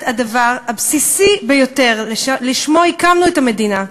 הדבר הבסיסי ביותר שלשמו הקמנו את המדינה,